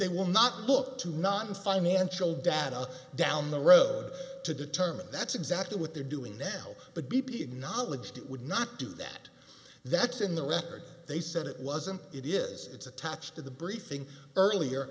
they will not book two nonfinancial data down the road to determine that's exactly what they're doing now but b p acknowledged it would not do that that's in the record they said it wasn't it is it's attached at the briefing earlier